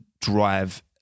drive